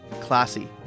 Classy